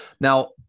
Now